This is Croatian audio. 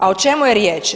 A o čemu je riječ?